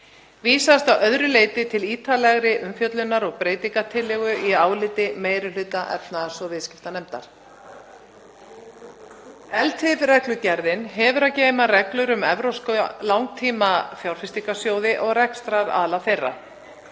Vísast að öðru leyti til ítarlegrar umfjöllunar og breytingartillögu í áliti meiri hluta efnahags- og viðskiptanefndar. ELTIF-reglugerðin hefur að geyma reglur um evrópska langtímafjárfestingarsjóði og rekstraraðila þeirra.